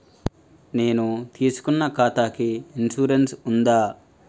నేను తీసుకున్న ఖాతాకి ఇన్సూరెన్స్ ఉందా?